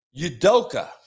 Yudoka